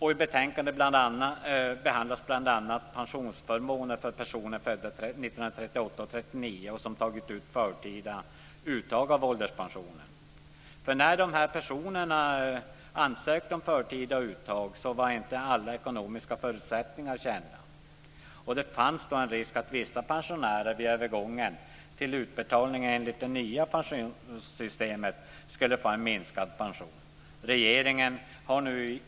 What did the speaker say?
I betänkandet behandlas bl.a. pensionsförmåner för personer födda 1938 och 1939 som gjort förtida uttag av ålderspensionen. När de här personerna ansökte om förtida uttag var inte alla ekonomiska förutsättningar kända. Det fanns en risk att vissa pensionärer vid övergången till utbetalning enligt det nya pensionssystemet skulle få en minskad pension.